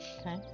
Okay